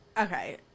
Okay